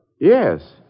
Yes